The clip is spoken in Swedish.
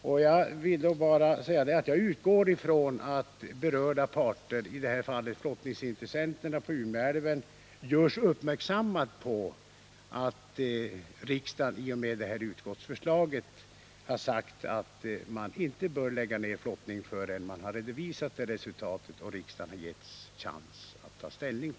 Men jag utgår ifrån att de berörda parterna — i detta fall flottningsintressenterna när det gäller Umeälven — uppmärksammas på att riksdagens utskottsförslag innebär att flottningen inte bör läggas ned, förrän utredningsresultaten har redovisats och riksdagen har fått chansen att ta ställning.